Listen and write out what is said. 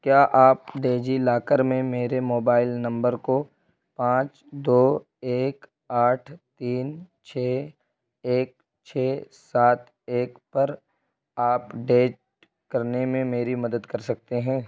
کیا آپ دےجیلاکر میں میرے موبائل نمبر کو پانچ دو ایک آٹھ تین چھ ایک چھ سات ایک پر آپڈیٹ کرنے میں میری مدد کر سکتے ہیں